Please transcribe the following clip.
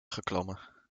geklommen